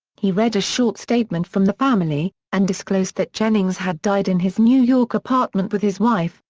he read a short statement from the family, and disclosed that jennings had died in his new york apartment with his wife,